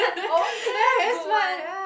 oh yes good one